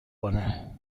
کنه